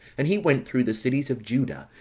and he went through the cities of juda,